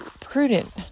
prudent